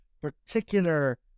particular